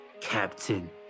captain